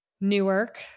newark